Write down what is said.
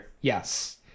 yes